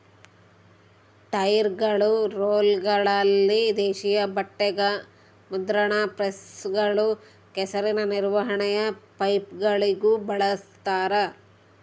ಟೈರ್ಗಳು ರೋಲರ್ಗಳಲ್ಲಿ ದೇಶೀಯ ಬಟ್ಟೆಗ ಮುದ್ರಣ ಪ್ರೆಸ್ಗಳು ಕೆಸರಿನ ನಿರ್ವಹಣೆಯ ಪೈಪ್ಗಳಿಗೂ ಬಳಸ್ತಾರ